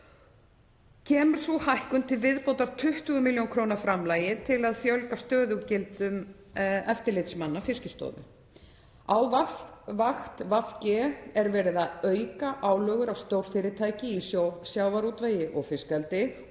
Kemur sú hækkun til viðbótar 20 millj. kr. framlagi til að fjölga stöðugildum eftirlitsmanna Fiskistofu. Á vakt VG er verið að auka álögur á stórfyrirtæki í sjávarútvegi og fiskeldi